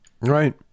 Right